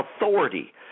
authority